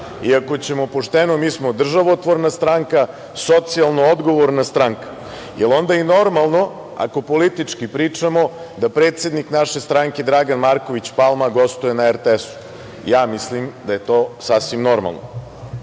ako ćemo pošteno mi smo državotvorna stranka, socijalno odgovorna stranka. Onda je i normalno, ako politički pričamo, da predsednik naše stranke, Dragan Marković Palma gostuje na RTS-u. Mislim da je to sasvim normalno.